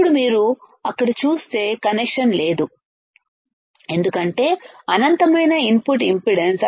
ఇప్పుడు మీరు అక్కడ చూస్తే కనెక్షన్ లేదు ఎందుకంటే అనంతమైన ఇన్పుట్ ఇంపిడెన్స్